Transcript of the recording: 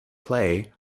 play